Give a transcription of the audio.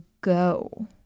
go